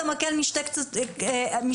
עם כל הכבוד אי אפשר לאחוז את המקל משני קצותיו.